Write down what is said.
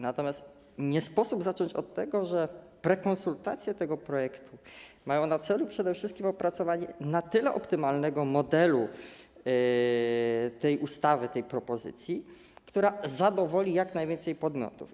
Natomiast nie sposób zacząć od tego, że prekonsultacje tego projektu mają na celu przede wszystkim opracowanie na tyle optymalnego modelu tej ustawy, tej propozycji, która zadowoli jak najwięcej podmiotów.